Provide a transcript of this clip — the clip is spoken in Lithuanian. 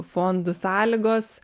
fondų sąlygos